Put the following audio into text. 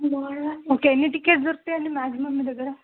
okay ఎన్ని tickets దొరుకుతాయండి maximum మీ దగ్గర